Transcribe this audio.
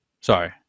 Sorry